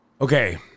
Okay